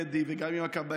גם עם דדי וגם עם הכבאים,